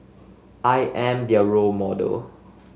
I am their role model